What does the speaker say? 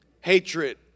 hatred